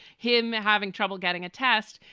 him having trouble getting a test,